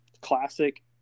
Classic